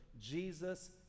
Jesus